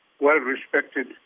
well-respected